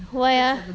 why ah